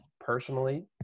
personally